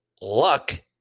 Luck